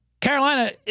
Carolina